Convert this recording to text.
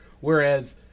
whereas